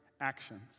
actions